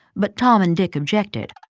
but tom and dick objected.